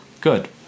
Good